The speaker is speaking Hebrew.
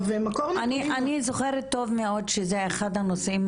אני זוכרת טוב מאוד שזה אחד הנושאים,